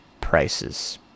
prices